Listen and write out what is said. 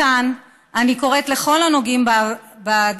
מכאן אני קוראת לכל הנוגעים בדבר: